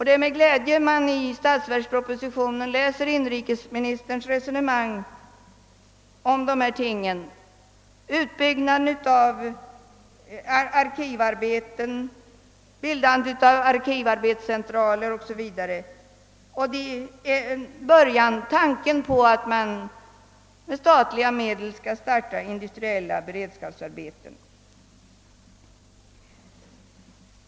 Det är därför glädjande att i statsverkspropositionen läsa vad inrikesministern framhåller i dessa frågor, när det gäller utbyggnaden av arkivarbetena, bildandet av arkivarbetscentraler o.s. v. Det är början till ett förverk ligande av tanken att med statliga medel starta industriella beredskapsarbeten.